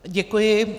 Děkuji.